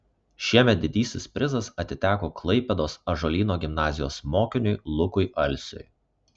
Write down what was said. šiemet didysis prizas atiteko klaipėdos ąžuolyno gimnazijos mokiniui lukui alsiui